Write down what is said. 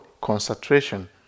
concentration